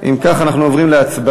אם כך, אנחנו עוברים להצבעה.